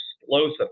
explosive